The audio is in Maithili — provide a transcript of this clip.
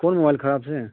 कोन मोबाइल खराब छै